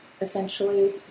essentially